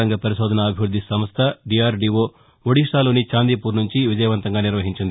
రంగ వరిశోధన అభివృద్ది సంస్థ డి ఆర్ డి వో ఒడిషాలోని చాందీపూర్ నుంచి విజయవంతంగా నిర్వహించింది